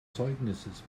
zeugnisses